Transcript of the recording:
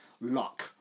luck